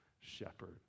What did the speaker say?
shepherd